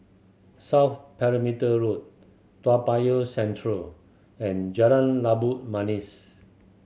South Perimeter Road Toa Payoh Central and Jalan Labu Manis